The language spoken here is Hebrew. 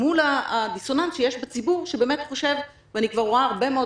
מול הדיסוננס שיש בציבור שבאמת חושב ואני רואה הרבה מאוד